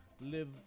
Live